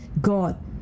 God